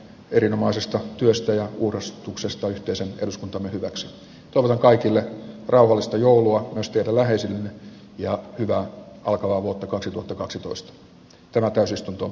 erinomaisesta työstä ja uurastuksesta yhteisen eduskunta hyväksyi olla kaikille rauhallista joulua nosteta läheisen ja hyvää alkavaa vuotta kaksituhattakaksitoista antanut epäluottamuslauseen valtioneuvostolle